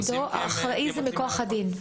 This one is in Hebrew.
אבל, עידו, האחראי זה מכוח הדין.